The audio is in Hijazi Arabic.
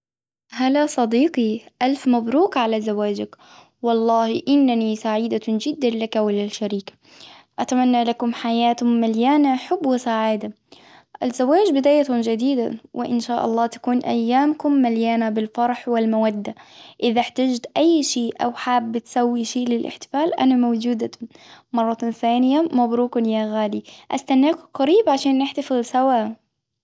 هلا صديقي ألف مبروك على زواجك، والله أنني سعيدة جدا لك وللشريك، أتمنى لكم حياة مليانة حب وسعادة، الزواج بداية جديدة وإن شاء الله تكون أيامكم مليانة بالفرح والمودة، إذا إحتجت أي شيء أو حاب تسوي شئ للإحتفال أنا موجودة مرة ثانية مبروك يا غالي، أستناكم قريب عشان نحتفل سوا.